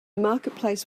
marketplace